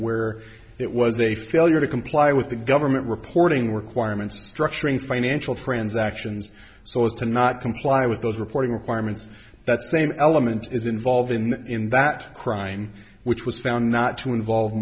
where it was a failure to comply with the government reporting requirements structuring financial transactions so as to not comply with those reporting requirements that same elements is involved in that in that crime which was found not to involve